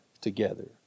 together